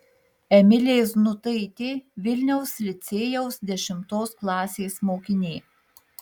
emilė znutaitė vilniaus licėjaus dešimtos klasės mokinė